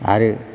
आरो